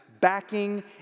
backing